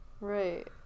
Right